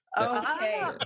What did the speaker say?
Okay